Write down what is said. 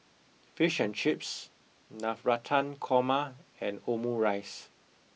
fish and chips navratan korma and omurice